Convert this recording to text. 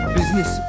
Business